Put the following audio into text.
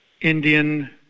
Indian